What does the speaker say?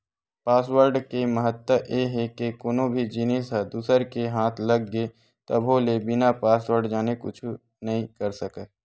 password के महत्ता ए हे के कोनो भी जिनिस ह दूसर के हाथ लग गे तभो ले बिना पासवर्ड जाने कुछु नइ कर सकय